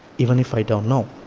even if i don't know.